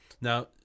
Now